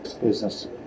business